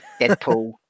Deadpool